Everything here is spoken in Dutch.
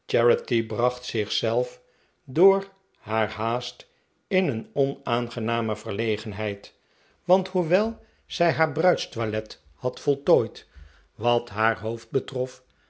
charity bracht zich zelf door haar haast in een onaangename verlegenheid want hoewel zij haar bruidstoilet had voltooid wat haar hoofd betrof